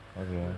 (uh huh)